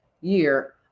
year